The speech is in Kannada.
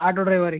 ಆಟೋ ಡ್ರೈವರಿಗೆ